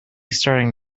starting